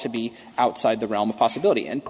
to be outside the realm of possibility and